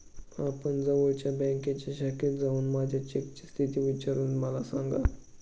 आपण जवळच्या बँकेच्या शाखेत जाऊन माझ्या चेकची स्थिती विचारून मला सांगा